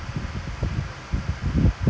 later they say lah like per time